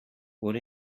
what